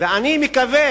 ואני מקווה